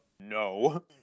no